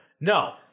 No